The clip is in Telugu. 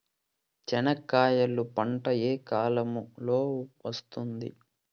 చెనక్కాయలు పంట ఏ కాలము లో వస్తుంది